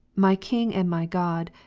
my king and my god,